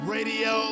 Radio